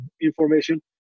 information